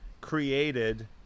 created